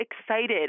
excited